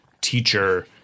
teacher